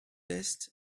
est